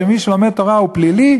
שמי שלומד תורה הוא פלילי,